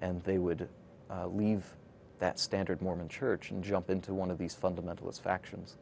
and they would leave that standard mormon church and jump into one of these fundamentalist factions